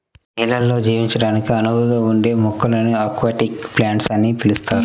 నీళ్ళల్లో జీవించడానికి అనువుగా ఉండే మొక్కలను అక్వాటిక్ ప్లాంట్స్ అని పిలుస్తారు